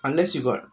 unless you got